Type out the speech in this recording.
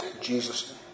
Jesus